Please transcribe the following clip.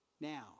Now